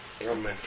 Amen